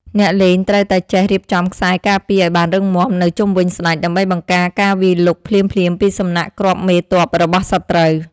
អ្នកលេងត្រូវតែចេះរៀបចំខ្សែការពារឱ្យបានរឹងមាំនៅជុំវិញស្តេច ដើម្បីបង្ការការវាយលុកភ្លាមៗពីសំណាក់គ្រាប់មេទ័ពរបស់សត្រូវ។